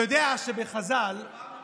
אתה יודע, רגע, שנייה.